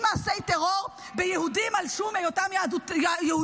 מעשי טרור ביהודים על שום היותם יהודים,